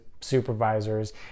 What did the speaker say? supervisors